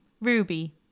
Ruby